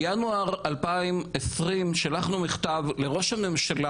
בינואר 2020 שלחנו מכתב לראש הממשלה,